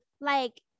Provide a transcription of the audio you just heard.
like-